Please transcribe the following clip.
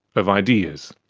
of ideas.